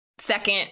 second